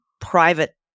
private